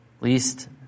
least